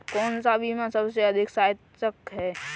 कौन सा बीमा सबसे अधिक सहायक है?